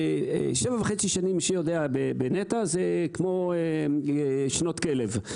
7.5 שנים, מי שיודע בנת"ע זה כמו שנות כלב.